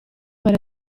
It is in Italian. per